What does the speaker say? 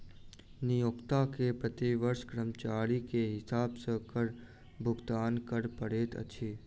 नियोक्ता के प्रति वर्ष कर्मचारी के हिसाब सॅ कर भुगतान कर पड़ैत अछि